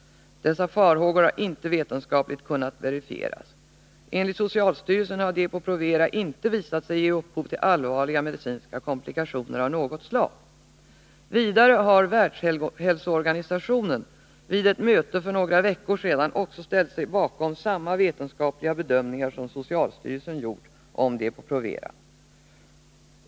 Dessa farhågor har inte vetenskapligt kunnat verifieras. Enligt socialstyrelsen har Depo-Provera inte visat sig ge upphov till allvarliga medicinska komplikationer av något slag. Vidare har världshälsovårdsorganisationen vid ett möte för några veckor sedan också ställt sig bakom samma vetenskapliga bedömningar som socialstyrelsen gjort om Depo-Provera.